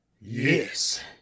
Yes